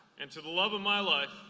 and to the love of my life,